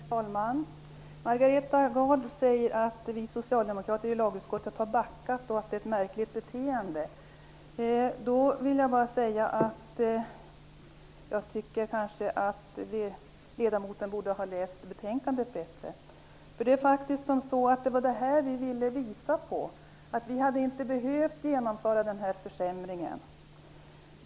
Herr talman! Margareta Gard sade att vi socialdemokrater i lagutskottet har backat och att det är ett märkligt beteende. Jag tycker att ledamoten borde ha läst betänkandet bättre. Vi ville visa att man inte hade behövt att genomföra denna försämring.